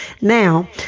now